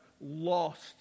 lost